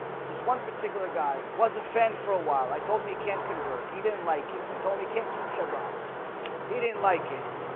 but this one particular guy was a friend for a while. i told me can't convert. he didn't like it i told me can't keep shabbat he didn't like it.